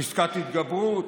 פסקת התגברות,